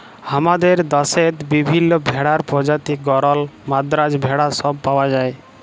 হামাদের দশেত বিভিল্য ভেড়ার প্রজাতি গরল, মাদ্রাজ ভেড়া সব পাওয়া যায়